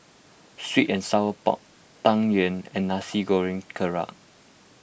Sweet and Sour Pork Tang Yuen and Nasi Goreng Kerang